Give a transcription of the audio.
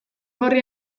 gorri